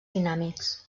dinàmics